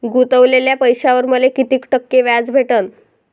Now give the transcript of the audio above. गुतवलेल्या पैशावर मले कितीक टक्के व्याज भेटन?